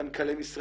גם מנכ"לי משרדים,